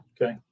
Okay